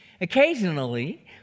Occasionally